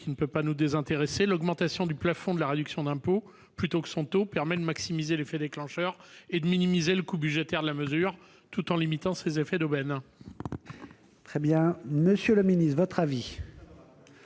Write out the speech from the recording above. nous ne pouvons pas nous désintéresser, l'augmentation du plafond de la réduction d'impôt, plutôt que de son taux, permet de maximiser l'effet déclencheur et de minimiser le coût budgétaire de la mesure, tout en limitant ses effets d'aubaine.